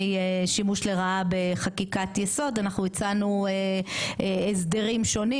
שימוש לרעה בחקיקת יסוד אנחנו הצענו הסדרים שונים